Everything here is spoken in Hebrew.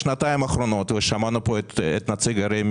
בשנתיים האחרונות ושמענו פה את נציג רמ"י